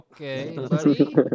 okay